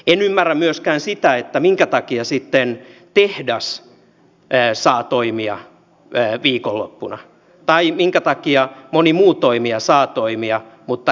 en ymmärrä myöskään sitä minkä takia sitten tehdas saa toimia viikonloppuna tai minkä takia moni muu toimija saa toimia mutta ei kauppa